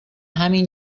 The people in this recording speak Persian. همین